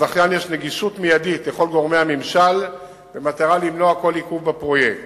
לזכיין יש גישה מיידית לכל גורמי הממשל במטרה למנוע כל עיכוב בפרויקט,